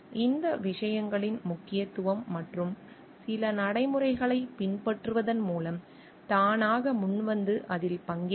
இந்த விஷயங்களின் முக்கியத்துவம் மற்றும் சில நடைமுறைகளைப் பின்பற்றுவதன் மூலம் தானாக முன்வந்து அதில் பங்கேற்கவும்